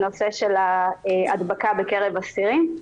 הנושא של הדבקה בקרב אסירים.